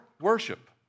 worship